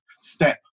step